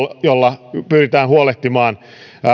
joilla pyritään huolehtimaan